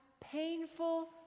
painful